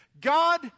God